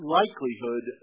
likelihood